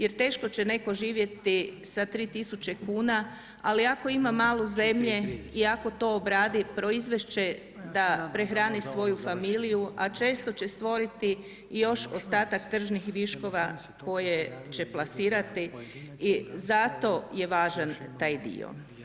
Jer teško će netko živjeti sa 3000 kuna, ali ako ima malo zemlje i ako to obradi proizvest će da prehrani svoju familiju, a često će stvoriti i još ostatak tržnih viškova koje će plasirati i zato je važan taj dio.